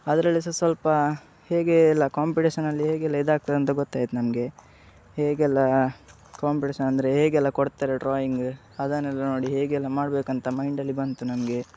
ಅದ್ರಲ್ಲಿ ಸಹ ಸ್ವಲ್ಪ ಹೇಗೆಲ್ಲ ಕಾಂಪಿಟೇಷನಲ್ಲಿ ಹೇಗೆಲ್ಲ ಇದು ಆಗ್ತಾಯ್ದೆ ಅಂತ ಗೊತ್ತಾಯಿತು ನಮಗೆ ಹೇಗೆಲ್ಲ ಕಾಂಪಿಟೇಷನ್ ಅಂದರೆ ಹೇಗೆಲ್ಲ ಕೊಡ್ತಾರೆ ಡ್ರಾಯಿಂಗ್ ಅದನ್ನೆಲ್ಲ ನೋಡಿ ಹೇಗೆಲ್ಲ ಮಾಡ್ಬೇಕಂತ ಮೈಂಡಲ್ಲಿ ಬಂತು ನಮಗೆ